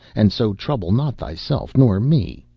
and so trouble not thyself nor me,